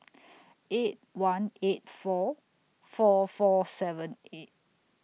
eight one eight four four four seven eight